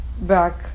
back